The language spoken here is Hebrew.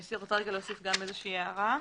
אני רוצה להוסיף הערה.